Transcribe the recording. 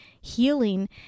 healing